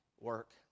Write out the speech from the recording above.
work